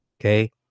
okay